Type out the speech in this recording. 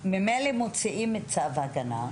ממילא מוציאים את צו ההגנה,